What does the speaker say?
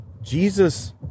Jesus